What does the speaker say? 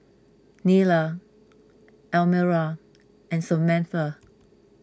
Nylah Elmira and Samatha